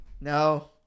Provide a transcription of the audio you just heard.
no